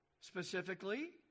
Specifically